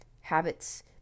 habits